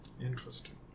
Interesting